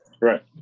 Right